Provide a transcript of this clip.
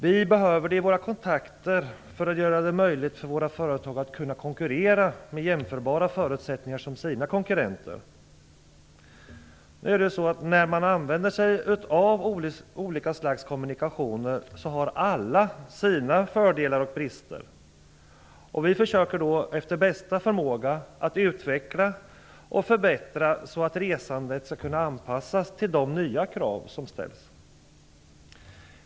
Vi behöver det för att våra företag skall ha sådana förutsättningar att konkurrera som är jämförbara med deras konkurrenters. Olika slags kommunikationer har alla sina fördelar och brister. Vi försöker efter bästa förmåga att utveckla och förbättra, så att resandet skall kunna anpassas till de nya krav som ställs.